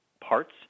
parts